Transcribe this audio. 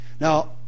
Now